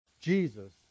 Jesus